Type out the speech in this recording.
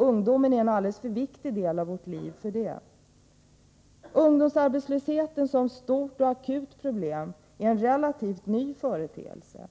Ungdomen är en alldeles för viktig del av vårt liv för att betraktas på det sättet. Ungdomsarbetslösheten som stort och akut problem är en relativt ny företeelse.